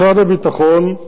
משרד הביטחון,